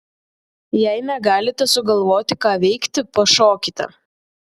jei negalite sugalvoti ką veikti pašokite